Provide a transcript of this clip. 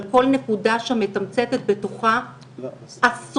אבל כל נקודה שם מתמצתת בתוכה עשרות,